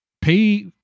pay